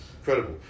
incredible